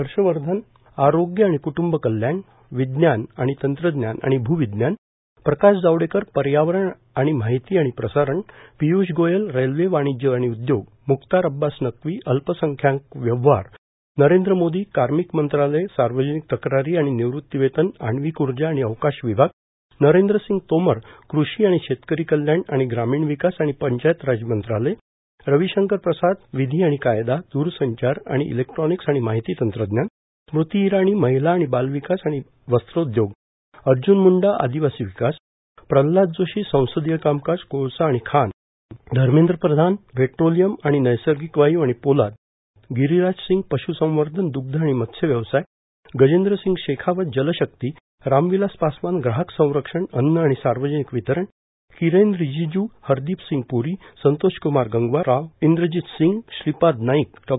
हर्षवर्धन आरोग्य आणि कुटुंब कल्याण विज्ञान आणि तंत्रज्ञान आणि भूविज्ञान प्रकाश जावडेकर पर्यावरण आणि माहिती आणि प्रसारण पियुष गोयल रेल्वे वाणिज्य आणि उद्योग मुक्तार अब्बास नक्वी अल्पसंख्यांक व्यवहार नरेंद्र मोदी कर्मिक मंत्रालय सार्वजनिक तक्रारी आणि निवृत्तीवेतन आण्विक उर्जा आणि अवकाश विभाग नरेंद्र सिंग तोमर क्रषी आणि शेतकरी कल्याण आणि ग्रामीण विकास आणि पंचायत राज मंत्रालय रविशंकर प्रसाद विधी आणि कायदा दूरसंचार आणि इलेक्ट्रॅनिक्स आणि माहिती तंत्रज्ञान स्मृती इराणी महिला आणि बालविकास आणि वस्त्रोद्योग अर्जून मुंडा आदिवासी विकास प्रल्हाद जोशी संसदीय कामकाज कोळसा आणि खान धर्मेंद्र प्रधान पेट्रोलियम आणि नैसर्गिक वायू आणि पोलाद गिरीराज सिंग पशुसंवर्धन दुग्ध आणि मत्स व्यवसाय गजेंद्र सिंग शेखावत जलशक्ती रामविलास पासवान ग्राहक संरक्षण अन्न आणि सार्वजनिक वितरण किरेन रिजिजू हरदिप सिंग पुरी संतोष कुमार गंगवार राव इंद्रजीत सिंग श्रीपाद नाईक डॉ